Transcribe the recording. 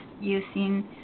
using